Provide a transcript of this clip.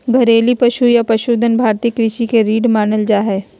घरेलू पशु या पशुधन भारतीय कृषि के रीढ़ मानल जा हय